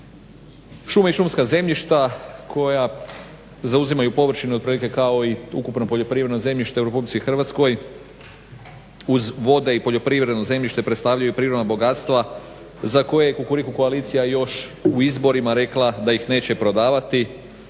Šume i šumska zemljišta koja zauzimaju površinu otprilike kao i ukupno poljoprivredno zemljište u RH uz vode i poljoprivredno zemljište predstavljaju prirodna bogatstva za koje je Kukuriku koalicija još u izborima rekla da ih neće prodavati